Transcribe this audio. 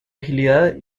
agilidad